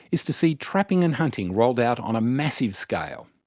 is to see trapping and hunting rolled out on a massive scale.